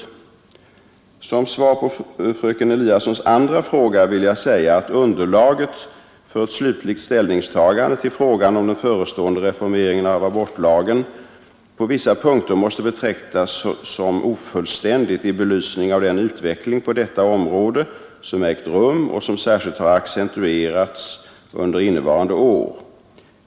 Som svar på fröken Eliassons andra fråga vill jag säga att underlaget för ett slutligt ställningstagande till frågan om den förestående reformeringen av abortlagen på vissa punkter måste betecknas som ofullständigt i belysning av den utveckling på detta område som ägt rum och som särskilt har accentuerats under innevarande år.